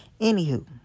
Anywho